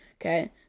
Okay